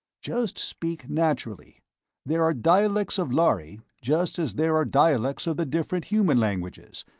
just speak naturally there are dialects of lhari, just as there are dialects of the different human languages,